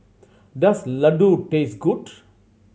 does Ladoo taste good